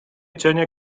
cienie